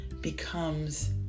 becomes